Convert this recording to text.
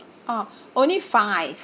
orh only five